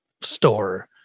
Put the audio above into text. store